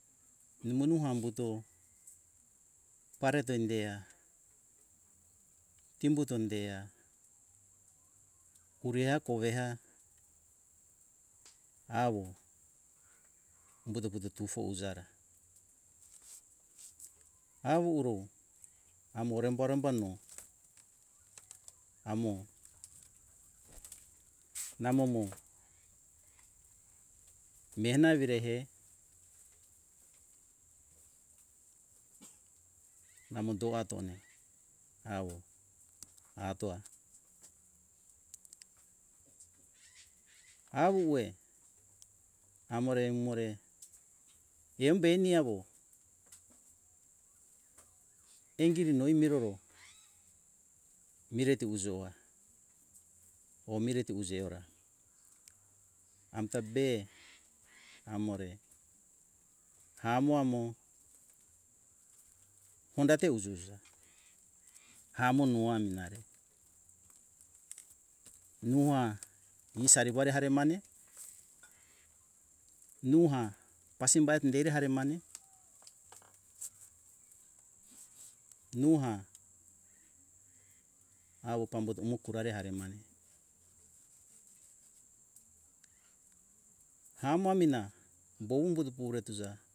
Monu hambuto pare tende eha timbuto deha pureha koveha awo umbuto puto tufo eiza ra awu uroi amo rembo rambo amo namo mo mena evira re namo doatone awo atoa awuwue amore umore eumbe eni awo angiri noi miroro miretu ujora or miretu ujora amta be amore hamo amo hondate uju uja hamo noa aminare nuha isari ware mani are nuha pasimbate dere harim mane nuha awo pambuto umo kurari are mane hamamina boumbuto pure tuja